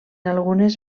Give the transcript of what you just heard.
algunes